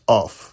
off